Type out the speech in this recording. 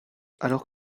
alors